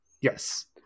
Yes